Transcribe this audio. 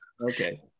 okay